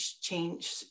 change